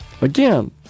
Again